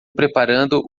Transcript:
preparando